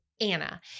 Anna